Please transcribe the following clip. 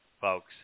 folks